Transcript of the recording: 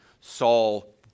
Saul